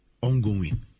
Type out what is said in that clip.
ongoing